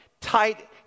tight